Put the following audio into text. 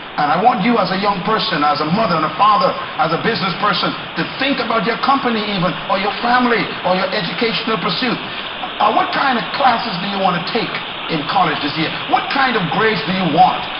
and i want you as a young person, as a mother and a father, as a business person, to think about your company even, or your family, or your educational pursuit. and what kind of classes do you want to take in college this year? yeah what kind of grades do you want?